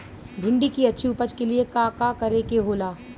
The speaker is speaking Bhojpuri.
भिंडी की अच्छी उपज के लिए का का करे के होला?